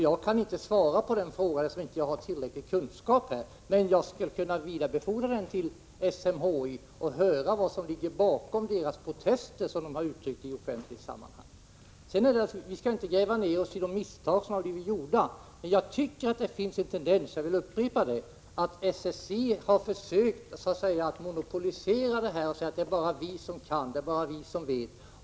Jag kan inte svara på den frågan, eftersom jag inte har tillräcklig kunskap. Men jag skulle kunna vidarebefordra den till SMHI och höra vad som ligger bakom de protester som man där uttryckt i offentliga sammanhang. Vi skall inte gräva ner oss i de misstag som gjorts, men jag tycker att det finns en tendens — jag vill upprepa det — att SSI försökt monopolisera frågan och säga: Det är bara vi som kan, det är bara vi som vet.